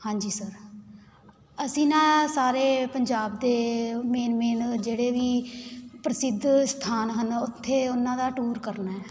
ਹਾਂਜੀ ਸਰ ਅਸੀਂ ਨਾ ਸਾਰੇ ਪੰਜਾਬ ਦੇ ਮੇਨ ਮੇਨ ਜਿਹੜੇ ਵੀ ਪ੍ਰਸਿੱਧ ਸਥਾਨ ਹਨ ਉੱਥੇ ਉਹਨਾਂ ਦਾ ਟੂਰ ਕਰਨਾ